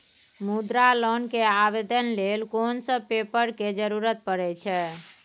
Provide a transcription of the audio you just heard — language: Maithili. मुद्रा लोन के आवेदन लेल कोन सब पेपर के जरूरत परै छै?